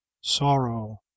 sorrow